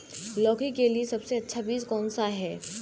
लौकी के लिए सबसे अच्छा बीज कौन सा है?